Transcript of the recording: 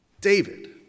David